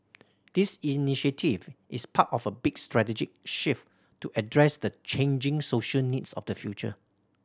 this initiative is part of a big strategic shift to address the changing social needs of the future